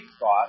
thought